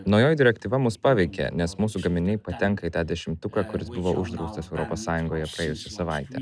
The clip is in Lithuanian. naujoji direktyva mus paveikė nes mūsų gaminiai patenka į tą dešimtuką kuris buvo uždraustas europos sąjungoje praėjusią savaitę